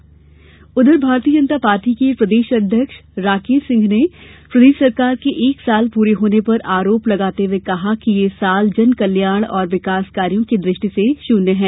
भाजपा आरोप उधर भारतीय जनता पार्टी के प्रदेश अध्यक्ष राकेश सिंह ने प्रदेश सरकार के एक साल पूरे होने पर आरोप लगाते हुए कहा कि यह साल जन कल्याण और विकास कार्यो की दृष्टि से शून्य रहा है